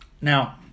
Now